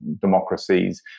democracies